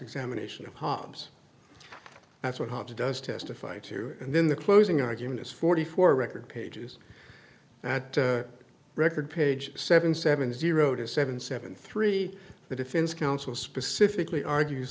examination of hobbs that's what hard to does testify to and then the closing argument is forty four record pages that record page seven seven zero to seven seven three the defense counsel specifically argues